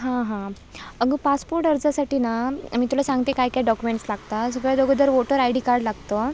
हां हां अगं पासपोर्ट अर्जासाठी ना मी तुला सांगते काय काय डॉकुमेंट्स लागतात सगळ्यात अगोदर वोटर आय डी कार्ड लागतं